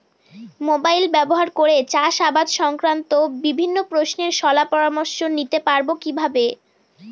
Mobile ব্যাবহার করে চাষের আবাদ সংক্রান্ত বিভিন্ন প্রশ্নের শলা পরামর্শ নিতে পারবো কিভাবে?